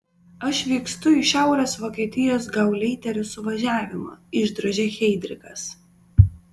aš vykstu į šiaurės vokietijos gauleiterių suvažiavimą išdrožė heidrichas